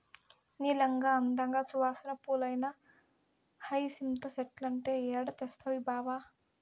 నీలంగా, అందంగా, సువాసన పూలేనా హైసింత చెట్లంటే ఏడ తెస్తవి బావా